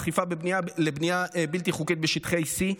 אכיפה לבנייה בלתי חוקית בשטחי C,